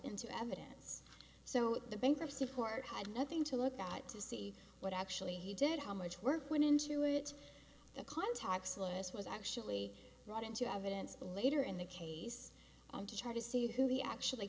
into evidence so the bankruptcy court had nothing to look at to see what actually he did how much work went into it the contacts list was actually brought into evidence later in the case to try to see who he actually